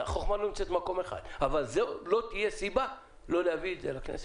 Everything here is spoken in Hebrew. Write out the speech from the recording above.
החוכמה לא נמצאת במקום אחד אבל זו לא תהיה סיבה לא להביא את זה לכנסת.